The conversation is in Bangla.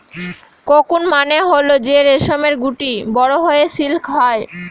কোকুন মানে হল যে রেশমের গুটি বড়ো হয়ে সিল্ক হয়